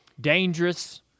dangerous